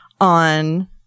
on